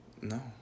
No